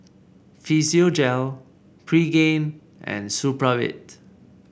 Physiogel Pregain and Supravit